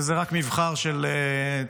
וזה רק מבחר של ציטוטים.